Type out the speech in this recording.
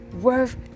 worth